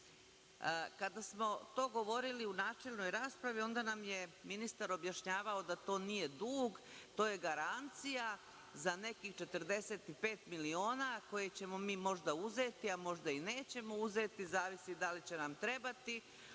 duga. Kada smo to govorili u načelnoj raspravi, onda nam je ministar objašnjavao da to nije dug, to je garancija za nekih 45 miliona koje ćemo mi možda uzeti, a možda i nećemo uzeti, zavisi da li će nam trebati.